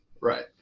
right